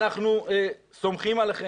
אנחנו סומכים עליכם.